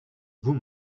vous